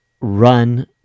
run